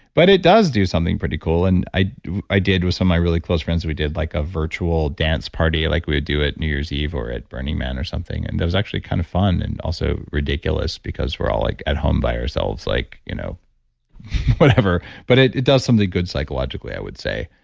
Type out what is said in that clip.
but it does do something pretty cool. and i i did with some of my really close friends, we did like a virtual dance party like we would do at new year's eve, or at burning man or something. and it was actually kind of fun and also ridiculous, because we're all like at home by ourselves, like you know whatever. but it it does something good psychologically, i would say.